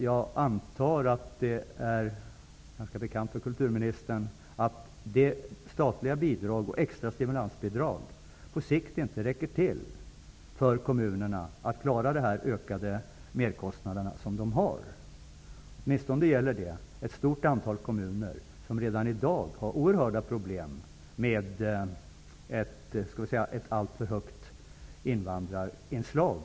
Jag antar att det är bekant för kulturministern att statliga bidrag och extra stimulansbidrag på sikt inte räcker till för att kommunerna skall kunna klara de ökade merkostnaderna. Åtminstone gäller detta ett stort antal kommuner som redan i dag har oerhörda problem med ett alltför stort invandrarinslag.